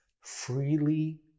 freely